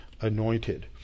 anointed